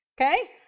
Okay